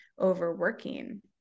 overworking